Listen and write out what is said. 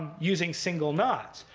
using single knots.